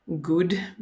good